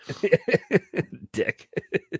Dick